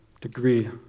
degree